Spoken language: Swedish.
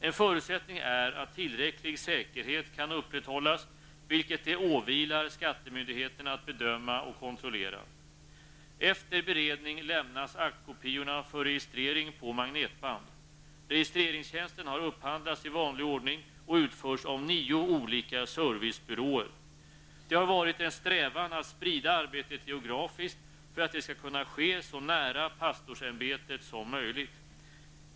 En förutsättning är att tillräcklig säkerhet kan upprätthållas, vilket det åvilar skattemyndigheten att bedöma och kontrollera. Efter beredning lämnas aktkopiorna för registrering på magnetband. Registreringstjänsten har upphandlats i vanlig ordning och utförs av nio olika servicebyråer. Det har varit en strävan att sprida arbetet geografiskt för att det skall kunna ske så nära pastorsämbetet som möjligt.